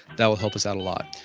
that will help us out a lot.